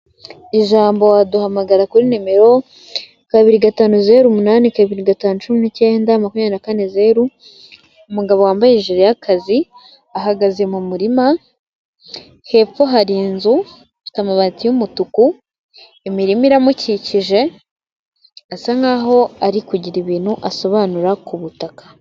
Ijambo waduhamagara kuri nimero, kabiri gatanu zeru umunani, kabiri gatanu cumi n'ikenda makumyabiri na kane zeru, umugabo wambaye jire y'akazi ahagaze mu murima, hepfo hari inzu ifite amabati y'umutuku, imirima iramukikije asa nkaho ari kugira ibintu asobanura ku butaka.